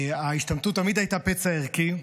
ההשתמטות תמיד הייתה פצע ערכי,